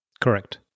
Correct